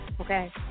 okay